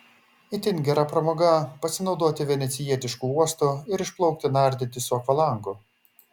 itin gera pramoga pasinaudoti venecijietišku uostu ir išplaukti nardyti su akvalangu